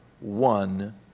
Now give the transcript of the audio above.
one